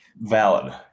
Valid